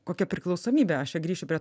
kokia priklausomybė aš čia grįšiu prie